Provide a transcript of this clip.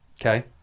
Okay